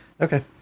Okay